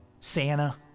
Santa